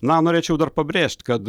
na norėčiau dar pabrėžt kad